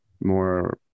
more